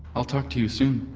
i'll talk to you soon